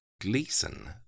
Gleason